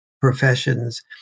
professions